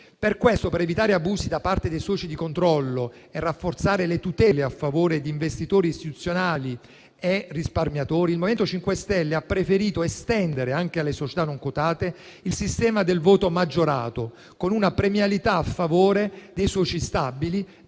finanziario. Per evitare abusi da parte dei soci di controllo e per rafforzare le tutele a favore di investitori istituzionali e risparmiatori, il MoVimento 5 Stelle ha preferito estendere anche alle società non quotate il sistema del voto maggiorato, con una premialità a favore dei soci stabili,